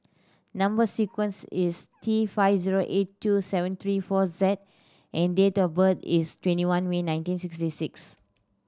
number sequence is T five zero eight two seven three four Z and date of birth is twenty one May nineteen sixty six